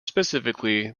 specifically